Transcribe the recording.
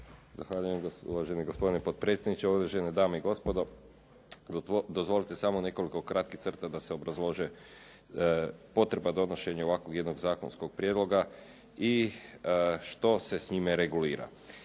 Zahvaljujem uvaženi gospodine potpredsjedniče, uvažene dame i gospodo. Dozvolite samo nekoliko kratkih crta da se obrazloži potreba donošenja ovakvog jednog zakonskog prijedloga i što se s njime regulira.